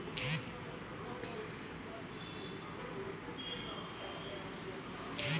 মাছ ধরার অনেক পদ্ধতির ক্ষতিকারক প্রভাব বিদ্যমান